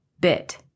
bit